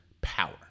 power